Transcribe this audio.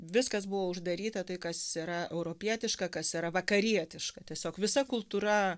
viskas buvo uždaryta tai kas yra europietiška kas yra vakarietiška tiesiog visa kultūra